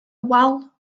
wal